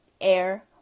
air